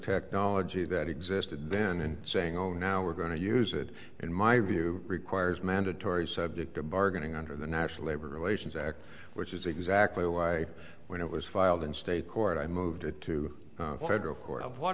technology that existed then and saying oh now we're going to use it in my view requires mandatory subject of bargaining under the national labor relations act which is exactly why when it was filed in state court i moved it to federal court o